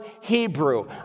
Hebrew